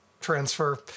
transfer